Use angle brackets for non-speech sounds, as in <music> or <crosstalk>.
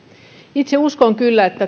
itse uskon kyllä että <unintelligible>